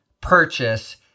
purchase